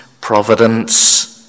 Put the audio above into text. providence